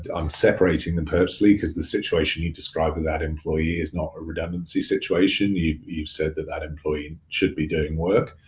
um separating them purposely because the situation you described with that employee is not a redundancy situation. you've you've said that that employee should be doing work.